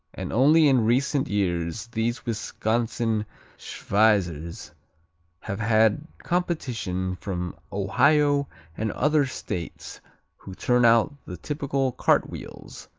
and only in recent years these wisconsin schweizers have had competition from ohio and other states who turn out the typical cartwheels,